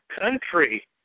country